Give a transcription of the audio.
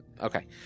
Okay